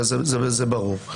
זה ברור.